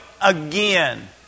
again